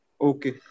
Okay